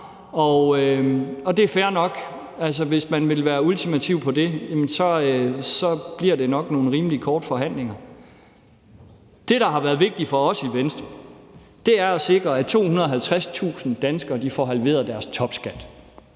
Og det er fair nok. Altså, hvis man vil være ultimativ på det punkt, bliver det nok nogle rimelig korte forhandlinger. Det, der har været vigtigt for os i Venstre, er at sikre, at 250.000 danskere får halveret deres topskat